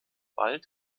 bald